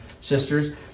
sisters